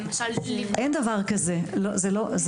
למשל --- אין דבר כזה; זה לא קורה.